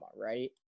right